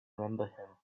remember